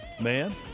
man